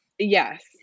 Yes